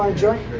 ah josh